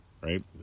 Right